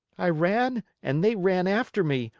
i ran and they ran after me,